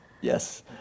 Yes